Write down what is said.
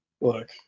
Look